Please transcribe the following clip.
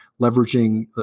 leveraging